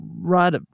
right